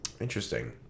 Interesting